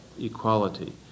equality